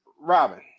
Robin